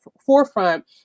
forefront